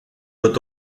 wird